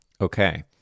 okay